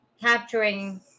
capturing